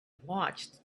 watched